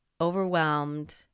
overwhelmed